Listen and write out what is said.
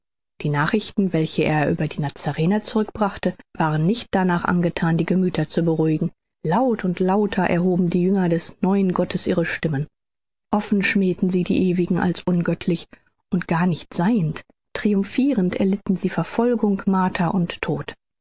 die nachrichten welche er über die nazarener zurückbrachte waren nicht darnach angethan die gemüther zu beruhigen laut und lauter erhoben die jünger des neuen gottes ihre stimmen offen schmähten sie die ewigen als ungöttlich und gar nicht seiend triumphirend erlitten sie verfolgung marter und tod